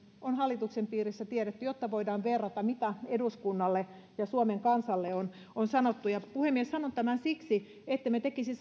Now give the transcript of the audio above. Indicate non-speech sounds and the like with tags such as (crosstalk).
on hallituksen piirissä tiedetty jotta voidaan verrata mitä eduskunnalle ja suomen kansalle on on sanottu puhemies sanon tämän siksi ettemme tekisi (unintelligible)